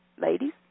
ladies